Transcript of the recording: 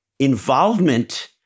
involvement